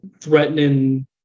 threatening